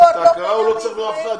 הכרה הוא לא צריך מאף אחד.